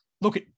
Look